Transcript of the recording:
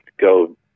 go